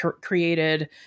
created